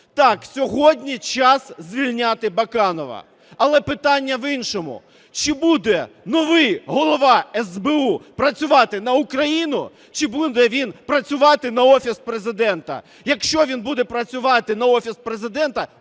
Так, сьогодні час звільняти Баканова, але питання в іншому, чи буде новий Голова СБУ працювати на Україну, чи буде він працювати на Офіс Президента? Якщо він буде працювати на Офіс Президента